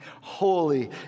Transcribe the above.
holy